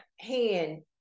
hand